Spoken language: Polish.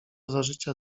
zażycia